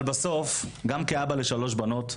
אבל בסוף, גם ככה אבא לשלוש בנות.